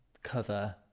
cover